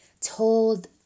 told